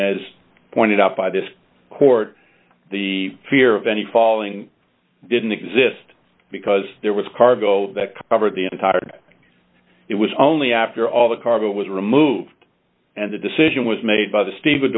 as pointed out by this court the fear of any falling didn't exist because there was cargo that covered the entire it was only after all the cargo was removed and the decision was made by the